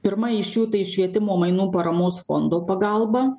pirma iš jų tai švietimo mainų paramos fondo pagalba